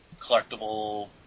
collectible